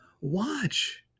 Watch